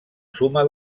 suma